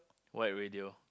white radio